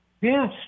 Yes